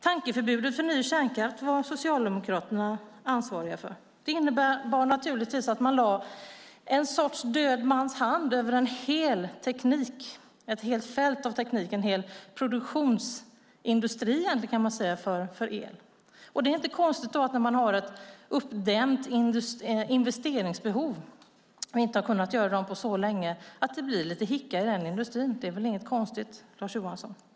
Tankeförbudet för ny kärnkraft var Socialdemokraterna ansvariga för. Det innebar naturligtvis att man lade en sorts död mans hand över ett helt fält av teknik, en hel produktionsindustri för el, kan man säga. Det är inte konstigt att det när man har ett uppdämt investeringsbehov och inte har kunnat investera på så länge blir lite hicka i den industrin. Det är väl inget konstigt, Lars Johansson.